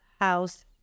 house